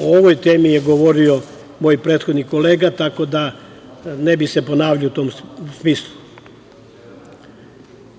ovoj temi je govorio moj prethodni kolega, tako da ne bih se ponavljao u tom smislu.